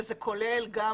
וזה כולל גם